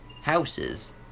houses